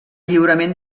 lliurament